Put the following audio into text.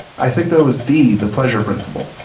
i think though is the the pleasure principle.